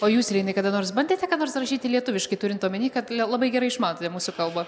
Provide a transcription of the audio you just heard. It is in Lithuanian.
o jūs kada nors bandėte ką nors rašyti lietuviškai turint omeny kad labai gerai išmanote mūsų kalbą